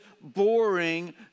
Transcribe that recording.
boring